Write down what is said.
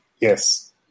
Yes